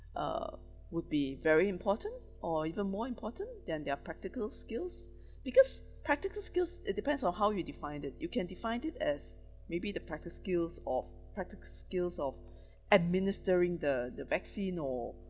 uh would be very important or even more important than their practical skills because practical skills it depends on how you defined it you can define it as maybe the practical skills or practical skills of administering the the vaccine or